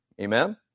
Amen